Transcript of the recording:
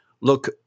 look